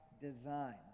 design